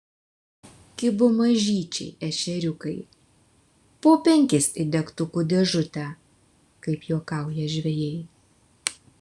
kibo mažyčiai ešeriukai po penkis į degtukų dėžutę kaip juokauja žvejai